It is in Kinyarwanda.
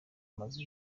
mazu